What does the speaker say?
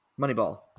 Moneyball